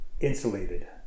insulated